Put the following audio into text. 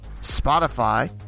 Spotify